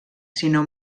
sinó